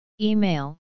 Email